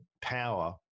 power